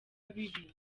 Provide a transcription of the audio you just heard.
bibi